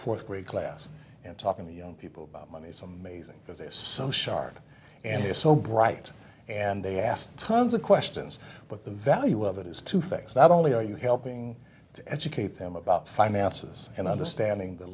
fourth grade class and talking to young people about money is amazing because it is so sharp and it's so bright and they asked tons of questions but the value of it is two things not only are you helping to educate them about finances and understanding the